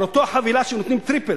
על אותה חבילה שנותנים טריפל,